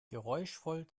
geräuschvoll